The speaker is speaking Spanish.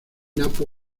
napo